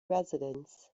residents